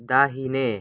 दाहिने